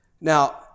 Now